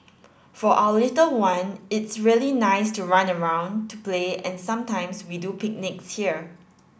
for our little one it's really nice to run around to play and sometimes we do picnics here